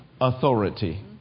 authority